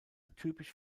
typisch